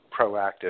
proactive